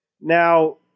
Now